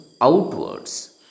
outwards